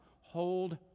hold